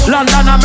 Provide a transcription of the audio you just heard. London